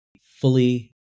fully